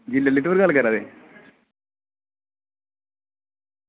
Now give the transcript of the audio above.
material आह्ले गल्ल करा दे